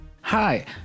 Hi